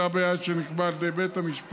כדי להבטיח עמידה ביעד שנקבע על ידי בית המשפט,